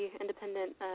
independent